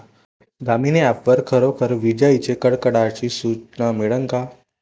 Damini app वर खरोखर विजाइच्या कडकडाटाची सूचना मिळन का?